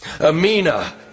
Amina